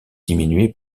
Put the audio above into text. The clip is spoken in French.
diminué